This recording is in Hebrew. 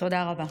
תודה רבה.